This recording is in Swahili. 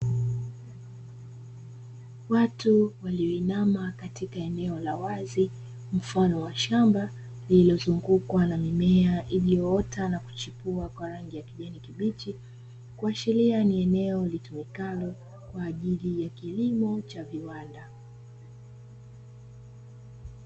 Watu walioinama katika eneo la wazi mfano wa shamba, lililozungukwa na mimea iliyoota na kuchipua kwa rangi ya kijani kibichi ikiashiria ni eneo litumikalo kwa ajili ya kilimo cha viwanda.